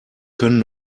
können